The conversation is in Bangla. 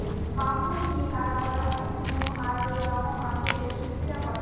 ব্যাম্বু নিয়ে কাজ করার অনেক নিয়ম আর রকম আছে যেটা শিল্পীরা করে